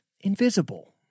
invisible